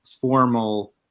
formal